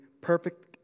perfect